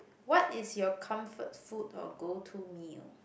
what is your comfort food or go to meal